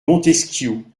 montesquiou